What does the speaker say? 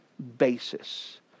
Basis